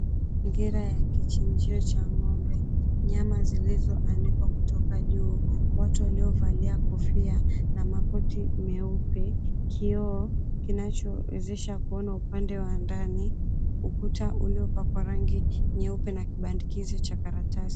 Mazingira ya kichinjio cha ng'ombe nyama zilizoanikwa kutoka juu watu walio valia kofia na makuti meupe, kioo kinachowawezesha kuna upande wa ndani, ukuta uliopakwa rangi nyeupe na kibandikizi cha karatasi.